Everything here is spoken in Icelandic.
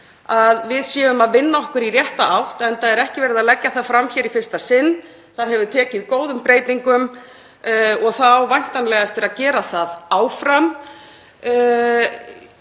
að við vinnum okkur í rétta átt enda er ekki verið að leggja það fram í fyrsta sinn. Það hefur tekið góðum breytingum og það á væntanlega eftir að gera það áfram.